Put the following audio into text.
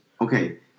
Okay